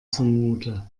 zumute